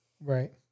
Right